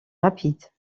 rapides